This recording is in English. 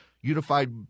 Unified